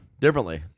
Differently